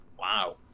wow